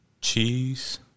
Cheese